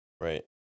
right